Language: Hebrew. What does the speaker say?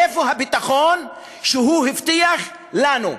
איפה הביטחון שהוא הבטיח לנו?